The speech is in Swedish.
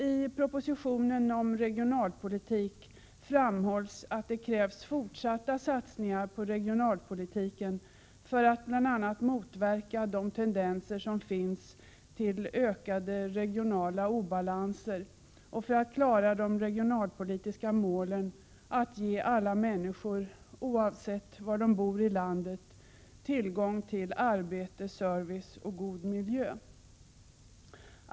I propositionen om regionalpolitik framhålls att det krävs fortsatta satsningar på regionalpolitiken för att bl.a. motverka de tendenser som finns till ökade regionala obalanser och för att klara de regionalpolitiska målen att ge alla människor, oavsett var de bor i landet, tillgång till arbete, service och god miljö.